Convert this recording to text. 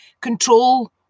control